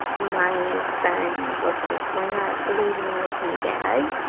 my son was like, we're not leaving with my dad?